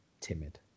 timid